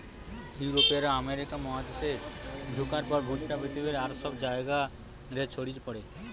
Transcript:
ইউরোপীয়রা আমেরিকা মহাদেশে ঢুকার পর ভুট্টা পৃথিবীর আর সব জায়গা রে ছড়ি পড়ে